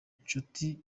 nshuti